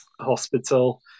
hospital